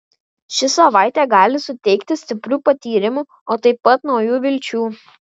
ši savaitė gali suteikti stiprių patyrimų o taip pat naujų vilčių